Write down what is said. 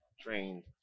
trained